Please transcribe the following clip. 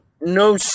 no